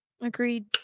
Agreed